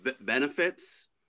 benefits